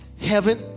Heaven